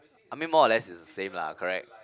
I mean more or less is the same lah correct